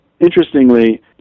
interestingly